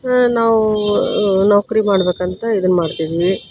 ನಾವು ನೌಕರಿ ಮಾಡಬೇಕಂತ ಇದನ್ನ ಮಾಡ್ತಿದ್ವಿ